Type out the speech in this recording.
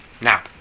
Now